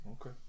Okay